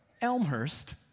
Elmhurst